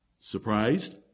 Surprised